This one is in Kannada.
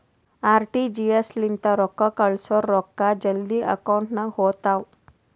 ಆರ್.ಟಿ.ಜಿ.ಎಸ್ ಲಿಂತ ರೊಕ್ಕಾ ಕಳ್ಸುರ್ ರೊಕ್ಕಾ ಜಲ್ದಿ ಅಕೌಂಟ್ ನಾಗ್ ಹೋತಾವ್